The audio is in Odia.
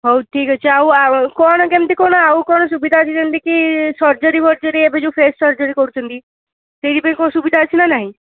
ହେଉ ଠିକ୍ ଅଛି ଆଉ ଆ କ'ଣ କେମିତି କ'ଣ ଆଉ କ'ଣ ସୁବିଧା ଅଛି ଯେମିତିକି ସର୍ଜରୀ ଫର୍ଜରୀ ଏବେ ଯେଉଁ ଫେସ୍ ସର୍ଜରୀ କରୁଛନ୍ତି ସେଇଥିପାଇଁ କ'ଣ ସୁବିଧା ଅଛି ନା ନାହିଁ